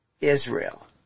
Israel